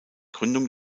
gründung